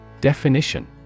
Definition